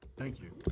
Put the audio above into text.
thank you.